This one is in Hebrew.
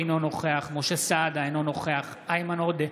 אינו נוכח משה סעדה, אינו נוכח איימן עודה,